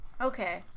Okay